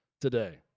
today